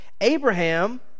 Abraham